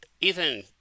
Ethan